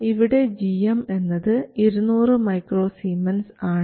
ഇവിടെ gm എന്നത് 200 µS ആണ്